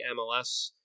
MLS